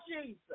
Jesus